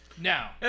Now